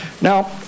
Now